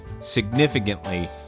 significantly